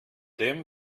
dem